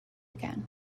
again